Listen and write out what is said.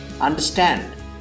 understand